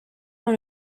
dans